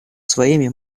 своими